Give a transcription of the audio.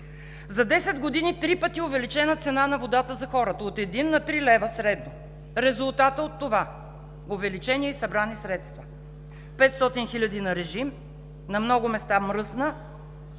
За 10 години три пъти увеличена цена на водата за хората – от 1 на 3 лв. средно! Резултатът от това увеличение и събрани средства – 500 хиляди на режим, на много места мръсна